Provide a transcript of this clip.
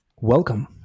Welcome